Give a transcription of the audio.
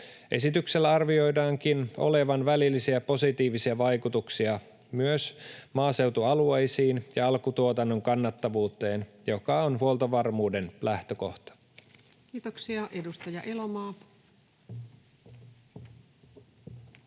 Esityksellä arvioidaankin olevan välillisiä positiivisia vaikutuksia myös maaseutualueisiin ja alkutuotannon kannattavuuteen, joka on huoltovarmuuden lähtökohta. [Speech 188]